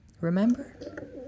Remember